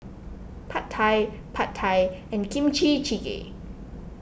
Pad Thai Pad Thai and Kimchi Jjigae